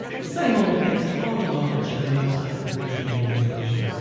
the same old debates go on and on and show no signs of reaching any resolution.